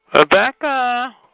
Rebecca